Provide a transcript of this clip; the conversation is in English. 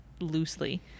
loosely